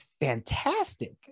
fantastic